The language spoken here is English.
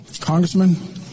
Congressman